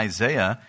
Isaiah